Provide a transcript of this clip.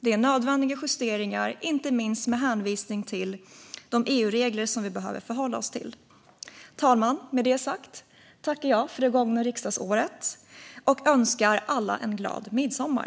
Det är nödvändiga justeringar, inte minst med hänvisning till de EU-regler som vi behöver förhålla oss till. Fru talman! Med det sagt tackar jag för det gångna riksdagsåret och önskar alla en glad midsommar.